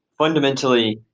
fundamentally,